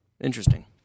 Interesting